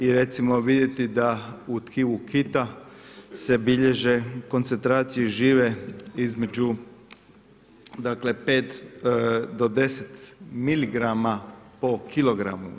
I recimo vidjeti da u tkivu kita se bilježe koncentracije žive između, dakle pet do deset miligrama po kilogramu.